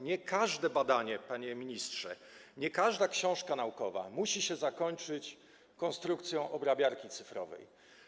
Nie każde badanie, panie ministrze, nie każda książka naukowa musi się zakończyć konstrukcją obrabiarki cyfrowej.